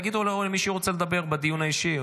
תגידו לי מי רוצה לדבר בדיון האישי.